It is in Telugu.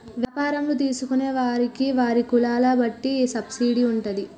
వ్యాపారంలో తీసుకున్న వారికి వారి కులాల బట్టి సబ్సిడీ ఉంటాది